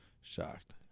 Shocked